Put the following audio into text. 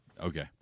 Okay